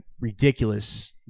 ridiculous